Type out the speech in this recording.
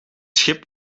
schip